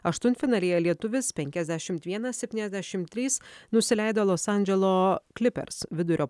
aštuntfinalyje lietuvis penkiasdešimt vienas septyniasdešim trys nusileido los andželo klipers vidurio